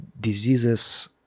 diseases